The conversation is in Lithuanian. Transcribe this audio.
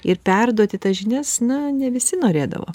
ir perduoti tas žinias na ne visi norėdavo